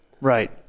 Right